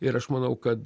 ir aš manau kad